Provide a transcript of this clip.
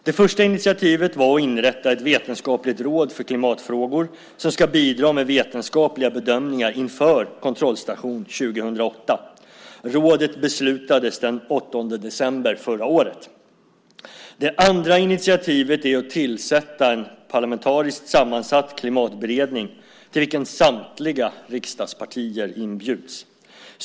Det första initiativet var att inrätta ett vetenskapligt råd för klimatfrågor, som ska bidra med vetenskapliga bedömningar inför kontrollstation 2008. Rådet beslutades den 8 december förra året. Det andra initiativet är att tillsätta en parlamentariskt sammansatt klimatberedning till vilken samtliga riksdagspartier inbjuds.